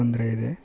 ತೊಂದರೆಯಿದೆ